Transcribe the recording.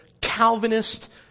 Calvinist